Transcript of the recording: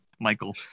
Michael